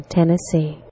Tennessee